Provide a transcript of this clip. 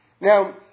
Now